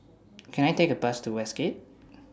Can I Take A Bus to Westgate